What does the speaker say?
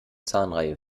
zahnreihe